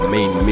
Main